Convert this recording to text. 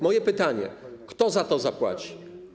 Moje pytanie: Kto za to zapłaci?